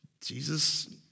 Jesus